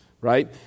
right